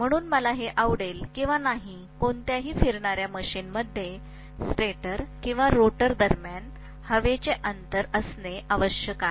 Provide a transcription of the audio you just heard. म्हणून मला हे आवडेल किंवा नाही कोणत्याही फिरणाऱ्या मशीनमध्ये स्टेटर आणि रोटर दरम्यान हवेचे अंतर असणे आवश्यक आहे